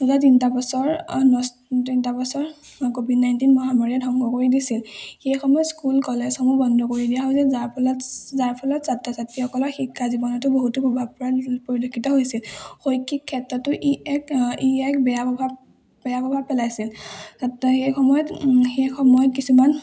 দুটা তিনটা বছৰ নষ্ট তিনটা বছৰ ক'ভিড নাইণ্টিন মহামাৰীয়ে ধ্বংস কৰি দিছিল সেই সময়ত স্কুল কলেজসমূহ বন্ধ কৰি দিয়া হৈছিল যাৰ ফলত যাৰ ফলত ছাত্ৰ ছাত্ৰীসকলৰ শিক্ষা জীৱনতো বহুতো প্ৰভাৱ পৰা পৰিলক্ষিত হৈছিল শৈক্ষিক ক্ষেত্ৰতো ই এক ই এক বেয়া প্ৰভাৱ বেয়া প্ৰভাৱ পেলাইছিল সেই সময়ত সেই সময়ত কিছুমান